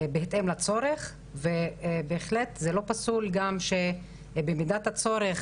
בהתאם לצורך ובהחלט זה לא פסול גם שבמידת הצורך,